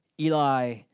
Eli